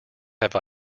have